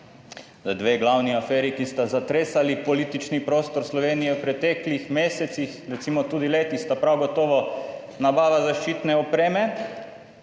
Dve glavni aferi, ki sta zatresali politični prostor Slovenije v preteklih mesecih, recimo, tudi leti, sta prav gotovo nabava zaščitne opreme